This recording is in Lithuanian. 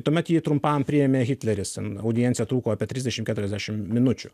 tuomet jį trumpam priėmė hitleris audiencija truko apie trisdešim keturiasdešim minučių